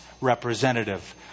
representative